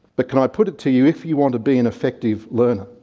but can i put it to you, if you want to be an effective learner,